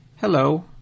Hello